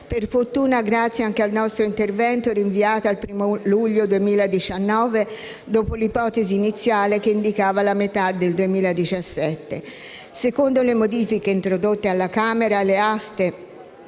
per fortuna, anche grazie anche al nostro intervento, rinviato al 1° luglio 2019, dopo l'ipotesi iniziale che indicava la metà del 2017. Secondo le modifiche introdotte alla Camera, le aste